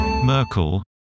Merkel